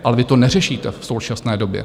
Ale vy to neřešíte v současné době.